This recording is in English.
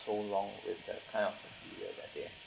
so long with the kind of material that they